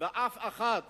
באף אחת